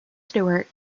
stewart